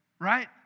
right